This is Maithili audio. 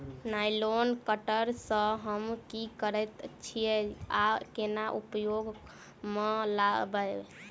नाइलोन कटर सँ हम की करै छीयै आ केना उपयोग म लाबबै?